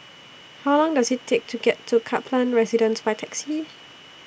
How Long Does IT Take to get to Kaplan Residence By Taxi